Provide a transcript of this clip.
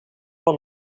van